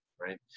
Right